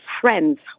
friend's